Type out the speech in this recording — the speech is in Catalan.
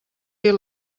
dir